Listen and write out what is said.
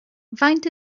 faint